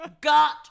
got